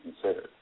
considered